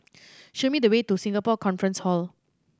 show me the way to Singapore Conference Hall